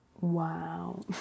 wow